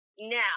Now